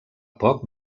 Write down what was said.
poc